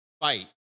fight